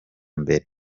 mbere